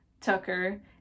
Tucker